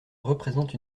représente